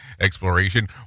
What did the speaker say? exploration